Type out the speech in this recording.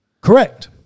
Correct